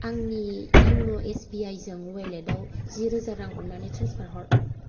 आंनि इउन' एसबिआइ जों अवालेटाव जि रोजा रां अन्नानै ट्रेन्सफार हर